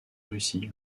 russie